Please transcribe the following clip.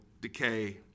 decay